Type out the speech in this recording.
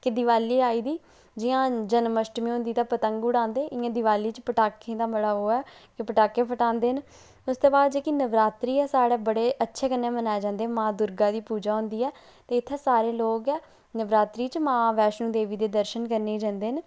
के दिवाली आई दी जियां जन्म अष्टमी होंदी ते पतंग उड़ांदे इयां दिवाली च पटाखें दा बड़ा ओह् ऐ के पटाखे फटांदे न एसदे बाद जेहकी नवरात्रि ऐ साढ़े बड़े अच्छे कन्नै मनाए जंदे मां दुर्गा दी पूजा हुंदी ऐ ते इत्थै सारे लोग गै नवरात्रि च मां वैष्णो देवी दे दर्शन करने गी जंदे न